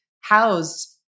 housed